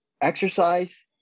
exercise